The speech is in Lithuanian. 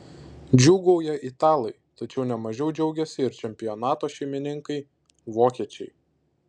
džiūgauja italai tačiau ne mažiau džiaugiasi ir čempionato šeimininkai vokiečiai